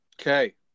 Okay